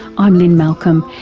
i'm lynne malcolm,